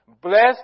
Bless